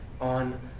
on